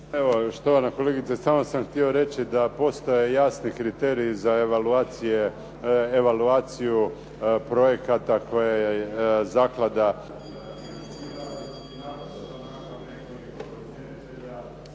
Štovana kolegice. Samo sam htio reći da postoje jasni kriteriji za evaluaciju projekata koje